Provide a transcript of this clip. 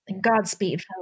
Godspeed